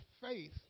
faith